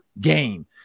game